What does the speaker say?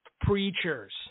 preachers